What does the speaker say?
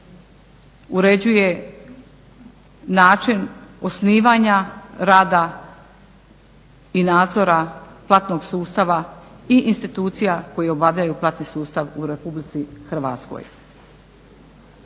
uređuje način osnivanja rada i nadzora platnog sustava i institucija koje obavljaju platni sustav u RH. Naravno